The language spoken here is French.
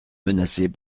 menacées